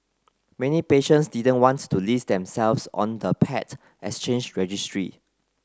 many patients didn't wants to list themselves on the paired exchange registry